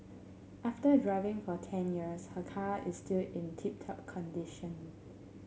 after driving for ten years her car is still in tip top condition